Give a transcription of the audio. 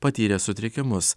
patyrė sutrikimus